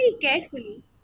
carefully